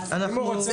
אם הוא רוצה יותר?